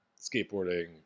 skateboarding